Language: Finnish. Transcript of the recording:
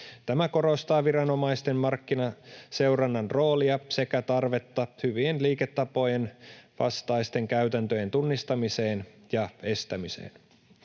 Tämä korostaa viranomaisten markkinaseurannan roolia sekä tarvetta hyvien liiketapojen vastaisten käytäntöjen tunnistamiseen ja estämiseen.